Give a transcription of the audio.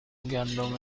گندم